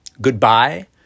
Goodbye